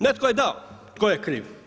Netko je dao, tko je kriv?